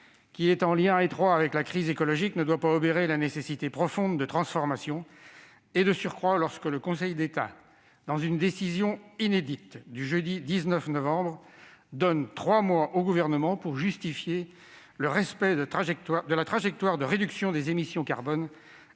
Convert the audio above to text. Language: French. qui est en lien étroit avec la crise écologique, ne doit pas obérer la nécessité profonde de transformation, alors que, de surcroît, le Conseil d'État, dans une décision inédite du jeudi 19 novembre dernier, donne trois mois au Gouvernement pour qu'il justifie du respect de la trajectoire de réduction des émissions carbone